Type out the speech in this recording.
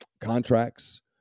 contracts